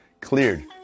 cleared